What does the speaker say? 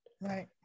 Right